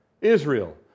Israel